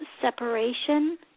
separation